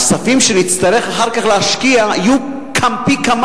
הכספים שנצטרך אחר כך להשקיע יהיו פי כמה